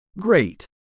Great